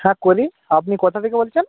হ্যাঁ করি আপনি কোথা থেকে বলছেন